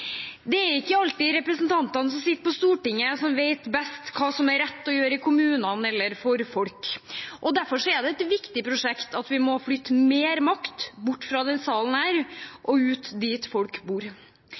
Det er ikke alltid at det er representantene som sitter på Stortinget, som vet best hva som er rett å gjøre i kommunene eller for folk. Derfor er det et viktig prosjekt at vi må flytte mer makt bort fra denne salen